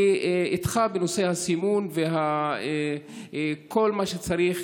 אני איתך בנושא הסימון וכל מה שצריך.